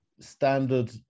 standard